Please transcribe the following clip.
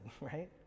right